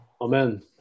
amen